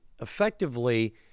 effectively